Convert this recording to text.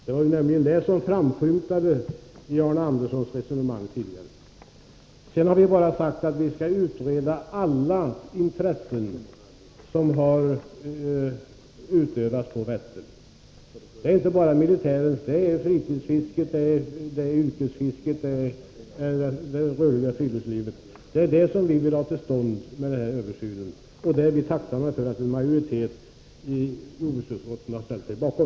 Det var detta som framskymtade i Arne Anderssons resonemang tidigare. Vi har bara sagt att vi skall utreda alla intressen som utövas när det gäller Vättern. Det gäller inte bara militären utan fritidsfisket, yrkesfisket och det rörliga friluftslivet. Det är en sådan avvägning som vi vill ha till stånd med den här översynen, och det är vi är tacksamma för att majoriteten i jordbruksutskottet ställt sig bakom.